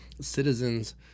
citizens